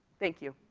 thank you.